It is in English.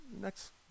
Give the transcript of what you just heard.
next